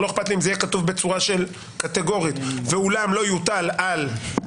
לא אכפת לי אם זה יהיה כתוב קטגורית: "ואולם אם יוטל על הנפגע",